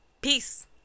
Peace